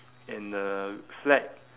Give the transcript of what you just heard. and the flag